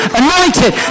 anointed